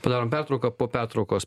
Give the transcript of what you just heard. padarom pertrauką po pertraukos